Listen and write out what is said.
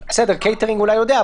קייטרינג אולי יודע,